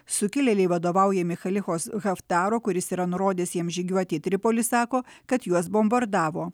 sukilėliai vadovaujami chalichos haftaro kuris yra nurodęs jiems žygiuoti į tripolį sako kad juos bombardavo